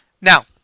Now